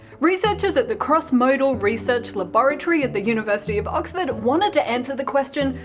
researchers at the crossmodal research laboratory at the university of oxford wanted to answer the question,